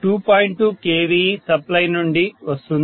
2kV supply నుండి వస్తుంది